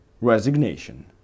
resignation